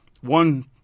One